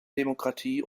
demokratie